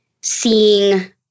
seeing